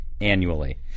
annually